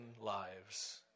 lives